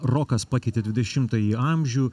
rokas pakeitė dvidešimtąjį amžių